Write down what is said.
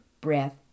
breath